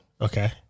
Okay